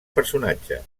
personatges